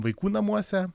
vaikų namuose